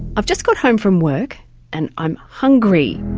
i've just got home from work and i'm hungry.